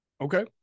Okay